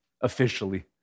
officially